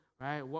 right